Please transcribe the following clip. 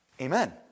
Amen